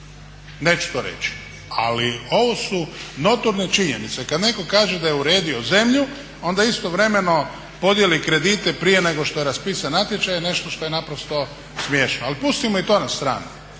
neću to reći, ali ovo su notorne činjenice. Kad netko kaže da je uredio zemlju onda istovremeno podijeli kredite prije nego što je raspisan natječaj je nešto što je naprosto smiješno. Ali pustimo i to na stranu.